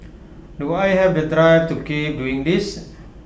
do I have the drive to keep doing this